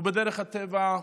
ובדרך הטבע,